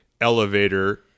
elevator